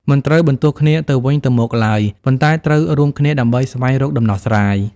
មិនត្រូវបន្ទោសគ្នាទៅវិញទៅមកឡើយ ប៉ុន្តែត្រូវរួមគ្នាដើម្បីស្វែងរកដំណោះស្រាយ។